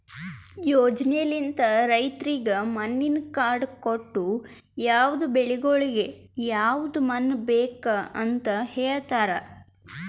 ಯೋಜನೆಲಿಂತ್ ರೈತುರಿಗ್ ಮಣ್ಣಿನ ಕಾರ್ಡ್ ಕೊಟ್ಟು ಯವದ್ ಬೆಳಿಗೊಳಿಗ್ ಯವದ್ ಮಣ್ಣ ಬೇಕ್ ಅಂತ್ ಹೇಳತಾರ್